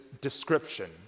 description